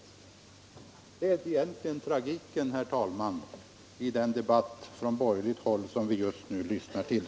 Det är egentligen tragiken, herr talman, i den debatt från borgerligt håll som vi just nu lyssnar till.